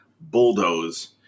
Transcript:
Bulldoze